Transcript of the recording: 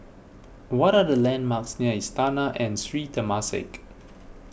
what are the landmarks near Istana and Sri Temasek